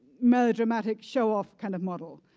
melodramatic show off kind of model.